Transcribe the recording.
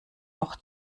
noch